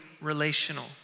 relational